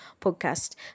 Podcast